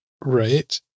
Right